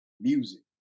music